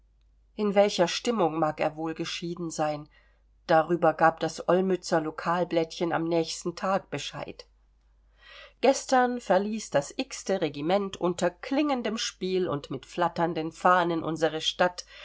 in welcher stimmung mag er wohl geschieden sein darüber gab das olmützer lokalblättchen am nächsten tage bescheid gestern verließ das te regiment unter klingendem spiel und mit flatternden fahnen unsere stadt